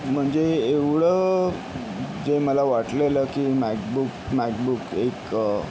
म्हणजे एवढं जे मला वाटलेलं की मॅकबुक मॅकबुक एक